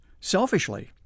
selfishly